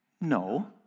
no